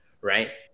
right